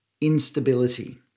instability